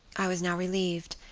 i was now relieved,